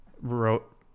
wrote